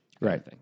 Right